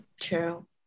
True